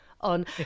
on